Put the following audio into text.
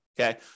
Okay